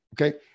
Okay